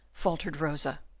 faltered rosa.